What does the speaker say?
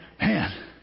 Man